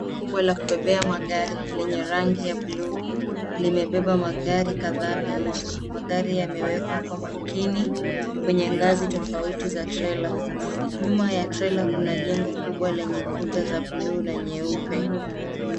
Trela kubwa la kubebea magari lenye rangi ya buluu limebeba magari kadhaa meusi. Magari yamewekwa kwa makini kwenye ngazi tofauti ya trela. Nyuma trela kuna jengo kubwa lenye kuta za buluu na nyeupe.